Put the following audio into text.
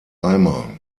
eimer